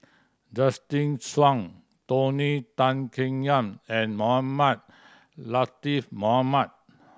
Justin Zhuang Tony Tan Keng Yam and Mohamed Latiff Mohamed